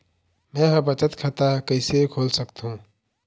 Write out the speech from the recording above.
मै ह बचत खाता कइसे खोल सकथों?